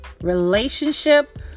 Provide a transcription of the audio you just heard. relationship